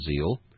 zeal